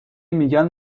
میگن